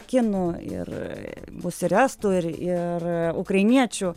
kinų ir bus ir estų ir ir ukrainiečių